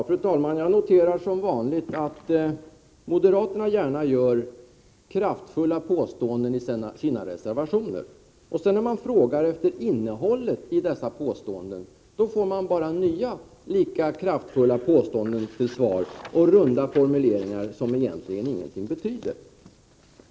Fru talman! Jag noterar att moderaterna som vanligt gärna gör kraftfulla påståenden i sina reservationer. När man sedan frågar efter innehållet i dessa påståenden, då får man bara nya, lika kraftfulla, påståenden till svar — runda formuleringar som egentligen ingenting betyder.